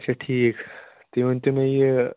اچھا ٹھیٖک تُہۍ ؤنۍتو مےٚ یہِ